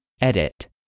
Edit